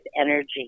energy